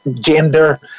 gender